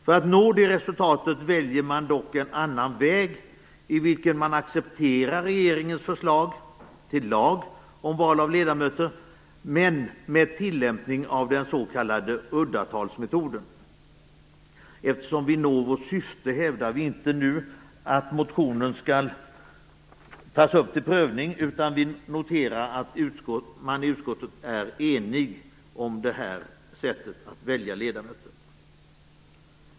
För att nå det resultatet väljer man dock en annan väg. Man accepterar regeringens förslag till lag om val av ledamöter, men med tillämpning av den s.k. uddatalsmetoden. Eftersom vi når vårt syfte hävdar vi nu inte att motionen skall tas upp till prövning. Vi noterar i stället att man i utskottet är enig om det här sättet att välja ledamöter.